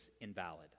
invalid